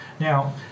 Now